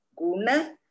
guna